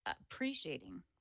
appreciating